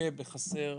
לוקה בחסר.